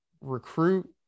recruit